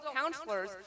counselors